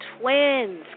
twins